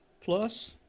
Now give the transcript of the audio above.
plus